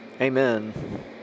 Amen